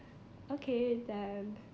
okay then